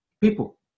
people